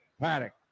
Paddock